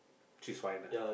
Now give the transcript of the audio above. she's fine lah